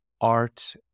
art